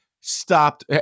stopped